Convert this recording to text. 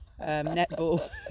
netball